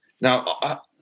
Now